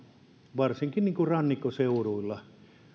varsinkin rannikkoseuduilla